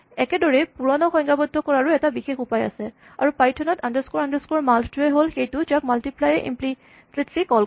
একেদৰেই পূৰণক সংজ্ঞাবদ্ধ কৰাৰো বিশেষ উপায় আছে আৰু পাইথন ত আন্ডাৰস্কৰ আন্ডাৰস্কৰ মাল্ট টোৱেই হ'ল সেইটো যাক মাল্টিপ্লাই য়ে ইমপ্লিচিটলী কল কৰে